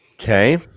Okay